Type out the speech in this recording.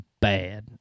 bad